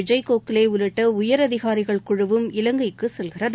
விஜய் கோகலே உள்ளிட்ட உயரதிகாரிகள் குழுவும் இலங்கைக்கு செல்கிறது